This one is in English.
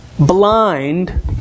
Blind